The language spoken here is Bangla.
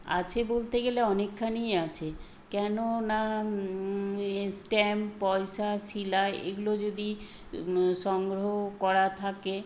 আছে বলতে গেলে অনেকখানিই আছে কেননা এ স্ট্যাম্প পয়সা শিলা এগুলো যদি সংগ্রহ করা থাকে